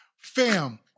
Fam